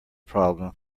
problem